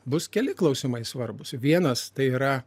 bus keli klausimai svarbūs vienas tai yra